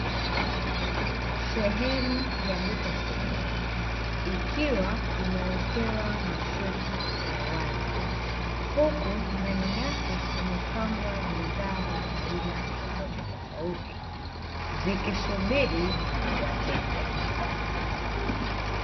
Sehemu ya duka kubwa ikiwa imewekewa mashelfu yaliyo wazi, huku ndani yake kumepangwa bidhaa za aina tofauti tofauti ziki subiri wateja.